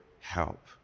help